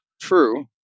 True